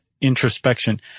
introspection